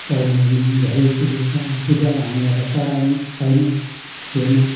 पढ्नुओर्नु पनि धेरै सुबिस्ता त्यति बेला हामीलाई त पढाइ पनि छैन थिएन